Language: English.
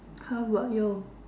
how about you